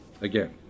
Again